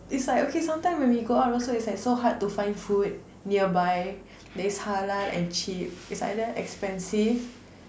it's like okay some time when we go out also it's like so hard to find food nearby that is halal and cheap it's either expensive